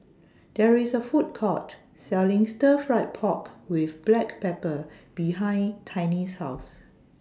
There IS A Food Court Selling Stir Fried Pork with Black Pepper behind Tiny's House